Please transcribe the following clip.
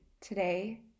today